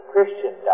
christian